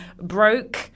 broke